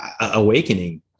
awakening